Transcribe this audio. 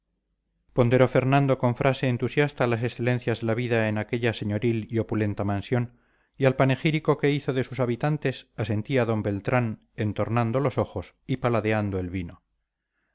ponderó fernando con frase entusiasta las excelencias de la vida en aquella señoril y opulenta mansión y al panegírico que hizo de sus habitantes asentía d beltrán entornando los ojos y paladeando el vino